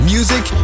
Music